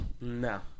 No